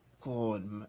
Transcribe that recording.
God